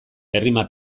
errima